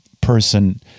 person